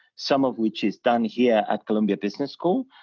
some of which is done here at columbia business school,